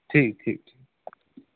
ठीक ठीक ठीक